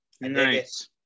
Nice